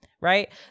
right